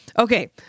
Okay